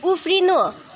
उफ्रिनु